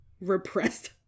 repressed